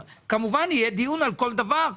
כמובן יהיה דיון על כל דבר,